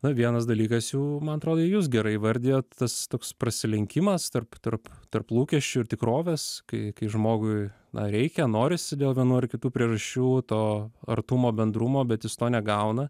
na vienas dalykas jau man atrodo jus gerai įvardijot tas toks prasilenkimas tarp tarp tarp lūkesčių ir tikrovės kai kai žmogui na reikia norisi dėl vienų ar kitų priežasčių to artumo bendrumo bet jis to negauna